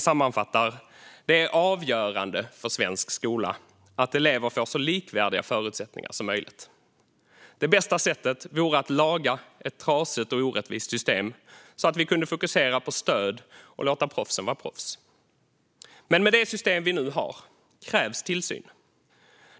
Sammanfattningsvis är det avgörande för svensk skola att elever får så likvärdiga förutsättningar som möjligt. Det bästa sättet vore att laga ett trasigt och orättvist system så att vi kunde fokusera på stöd och låta proffsen vara proffs. Men med det system vi nu har krävs tillsyn.